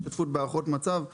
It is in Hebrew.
השתתפות בהערכות מצב ומדיניות.